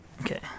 Okay